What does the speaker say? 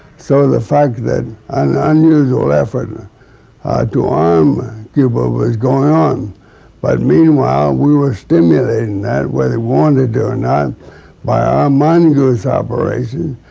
so the fact that an unusual effort and to arm cuba was going on but meanwhile we were stimulating that whether we wanted to or not by our mongoose operation,